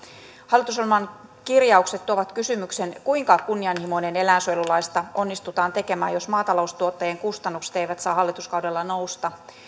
hallitusohjelman kirjaukset tuovat kysymyksen kuinka kunnianhimoinen eläinsuojelulaista onnistutaan tekemään jos maataloustuottajien kustannukset eivät saa hallituskaudella nousta